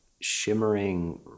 shimmering